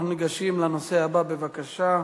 אנחנו ניגשים לנושא הבא, בבקשה.